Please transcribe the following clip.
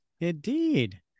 Indeed